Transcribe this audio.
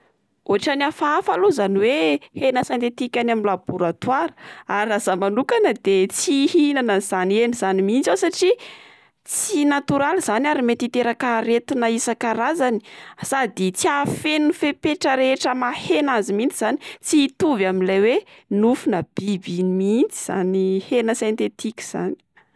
Otrany afahafa aloha zany oe hena sentetika any amin'ny laboratoara, ary raha zah manokana de tsy hihinana izany hena izany mihitsy aho satria tsy natoraly zany ary mety hiteraka aretina maro isan-karazany, sady tsy hahafeno ny fepetra rehetra maha hena azy mihitsy izany, tsy hitovy amin'ilay oe nofona biby iny mihitsy izany hena sentetika izany.